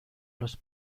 los